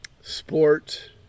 Sport